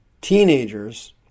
teenagers